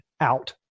out